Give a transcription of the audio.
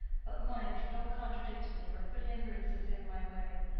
but mind you don't contradict me or put hindrances in my way.